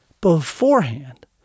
beforehand